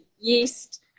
yeast